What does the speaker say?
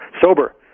sober